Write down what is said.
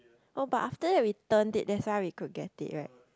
oh but after that we turned it that's why we could get it right